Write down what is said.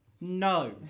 No